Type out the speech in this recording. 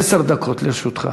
עשר דקות לרשותך.